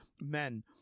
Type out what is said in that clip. men